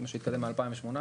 זה מה שהתקדם מ-2018,